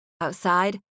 Outside